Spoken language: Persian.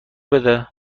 بده